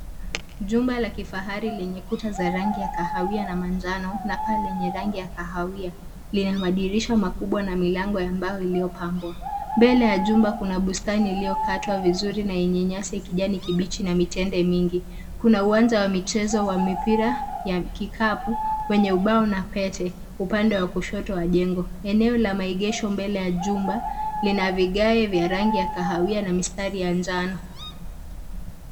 Jumba la kifahari lenye kuta za rangi ya kahawia na manjano na paa lenye rangi ya kahawia lina madirisha makubwa na milango ya mbao iliyo pambwa. Mbele ya jumba kuna bustani iliyokatwa vizuri na yenye nyasi ya kijani kibichi na mitende mingi. Kuna uwanja wa michezo wa mipira ya kikapu wenye ubao na pete upande wa kushoto wa jengo. Eneo la maegesho mbele ya jumba lina vigae vya rangi ya kahawia na mistari ya njano.